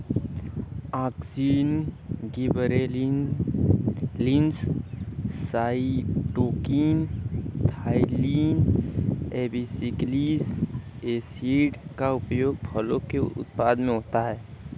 auxin, gibberellins, cytokinin, ethylene, abscisic acid का उपयोग फलों के उत्पादन में होता है